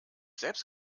selbst